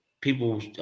people